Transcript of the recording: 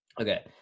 Okay